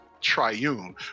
triune